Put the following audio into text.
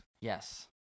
Yes